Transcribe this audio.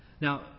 Now